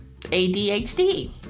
ADHD